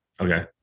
Okay